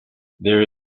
there